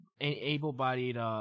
Able-bodied